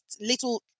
little